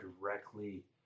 directly